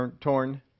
torn